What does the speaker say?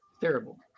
Terrible